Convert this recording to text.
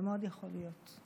זה מאוד יכול להיות.